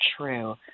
true